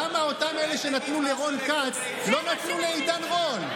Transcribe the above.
למה אותם אלה שנתנו לרון כץ לא נתנו לעידן רול?